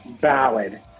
ballad